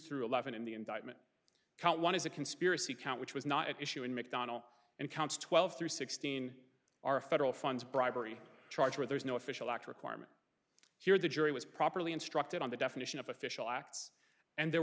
through eleven in the indictment count one is a conspiracy count which was not at issue in mcdonald and counts twelve through sixteen are federal funds bribery charges there's no official act requirement here the jury was properly instructed on the definition of official acts and there